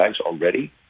already